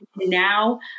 now